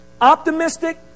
Optimistic